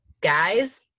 guys